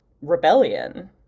rebellion